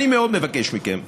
אני מאוד מבקש מכם,